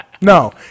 No